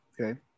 Okay